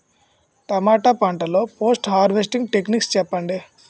టమాటా పంట లొ post harvesting techniques చెప్పండి?